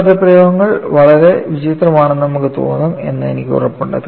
ഈ പദപ്രയോഗങ്ങൾ വളരെ വിചിത്രമാണെന്ന് നമുക്കു തോന്നും എന്ന് എനിക്ക് ഉറപ്പുണ്ട്